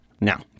Now